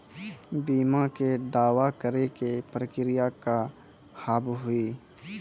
बीमा के दावा करे के प्रक्रिया का हाव हई?